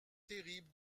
terrible